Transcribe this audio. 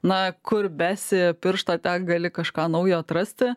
na kur besi pirštą ten gali kažką naujo atrasti